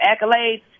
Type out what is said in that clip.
accolades